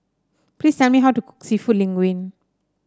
please tell me how to cook seafood Linguine